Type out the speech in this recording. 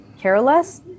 careless